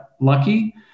lucky